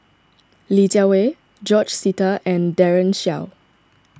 Li Jiawei George Sita and Daren Shiau